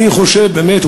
אני חושב באמת,